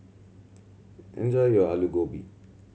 enjoy your Aloo Gobi